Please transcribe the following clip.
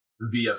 via